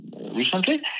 recently